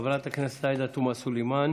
חברת הכנסת עאידה תומא סלימאן,